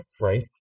right